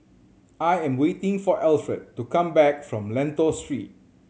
I am waiting for Alfred to come back from Lentor Street